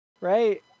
Right